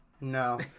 no